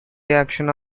reaction